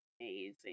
amazing